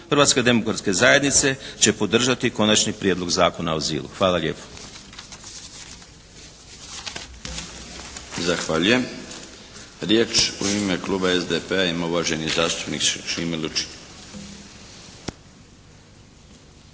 Hrvatske demokratske zajednice će podržati Konačni prijedlog zakona o azilu. Hvala lijepo. **Milinović, Darko (HDZ)** Zahvaljujem. Riječ u ime Kluba SDP-a ima uvaženi zastupnik Šime Lučin.